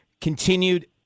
continued